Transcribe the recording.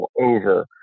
over